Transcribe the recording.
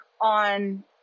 on